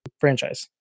franchise